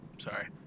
Sorry